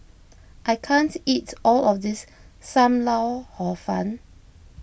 I can't eat all of this Sam Lau Hor Fun